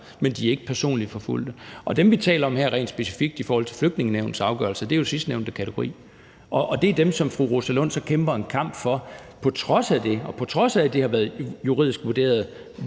men de er ikke personligt forfulgte. Og dem, vi taler om her rent specifikt i forhold til Flygtningenævnets afgørelser, er jo sidstnævnte kategori. Det er dem, som fru Rosa Lund så kæmper en kamp for, og på trods af at det har været juridisk vurderet